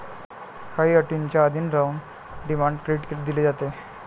काही अटींच्या अधीन राहून डिमांड क्रेडिट दिले जाते